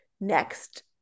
next